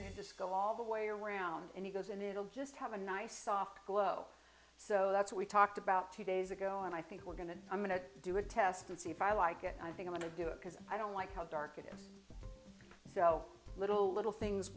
and just go all the way around and he goes and it'll just have a nice soft glow so that's what we talked about two days ago and i think we're going to a minute do a test and see if i like it i think i want to do it because i don't like how dark it is so little little things